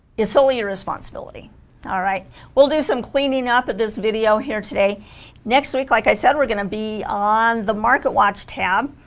is solely a responsibility all right we'll do some cleaning up at this video here today next week like i said we're going to be on the market watch tab